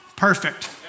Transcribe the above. Perfect